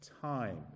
time